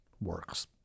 works